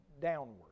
downward